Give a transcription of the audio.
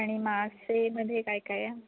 आणि मासेमध्ये काय काय आहे